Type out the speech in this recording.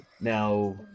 Now